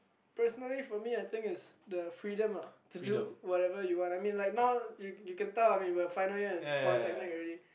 personally for me I think is the freedom lah to do whatever you want I mean like now you you can tell I mean final year in Polytechnic already